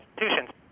institutions